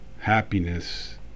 happiness